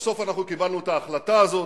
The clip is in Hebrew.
ובסוף אנחנו קיבלנו את ההחלטה הזאת,